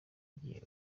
igihe